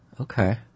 Okay